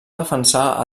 defensar